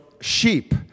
sheep